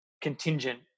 contingent